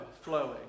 flowing